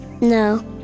No